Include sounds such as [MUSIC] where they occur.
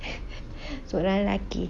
[LAUGHS] seorang lelaki